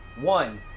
One